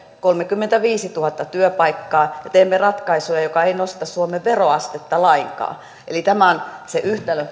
kolmekymmentäviisituhatta työpaikkaa ja teemme ratkaisuja jotka eivät nosta suomen veroastetta lainkaan tämä on se